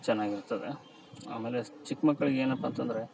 ಚೆನ್ನಾಗಿರ್ತದೆ ಆಮೇಲೆ ಚಿಕ್ಕ ಮಕ್ಳಿಗೆ ಏನಪ್ಪ ಅಂತಂದರೆ